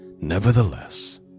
Nevertheless